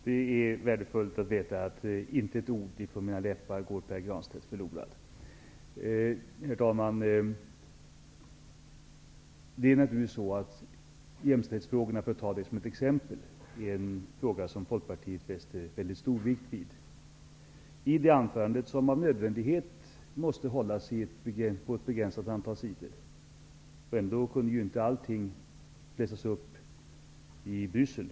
Herr talman! Det är värdefullt att veta att inte ett ord från mina läppar går Pär Granstedt förlorat. Vi kan ta jämställdhetsfrågan som ett exempel. Folkpartiet fäster mycket stor vikt vid denna fråga. Anförandet måste av nödvändighet hållas till ett begränsat antal sidor, och ändock kunde inte allting läsas upp i Bryssel.